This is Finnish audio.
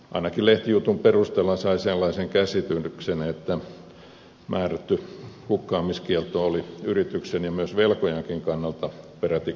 ainakin lehtijutun perusteella sai sellaisen käsityksen että määrätty hukkaamiskielto oli yrityksen ja myös velkojankin kannalta peräti kohtuuton